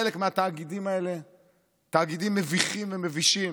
חלק מהתאגידים האלה הם תאגידים מביכים ומבישים,